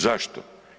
Zašto?